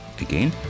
Again